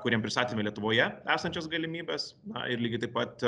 kuriem pristatėme lietuvoje esančias galimybes na ir lygiai taip pat